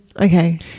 Okay